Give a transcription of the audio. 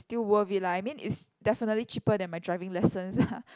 still worth it lah I mean it's definitely cheaper than my driving lessons uh